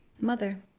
mother